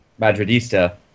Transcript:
Madridista